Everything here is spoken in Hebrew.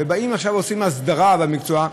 ועכשיו עושים הסדרה במקצוע,